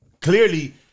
clearly